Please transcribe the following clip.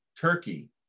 Turkey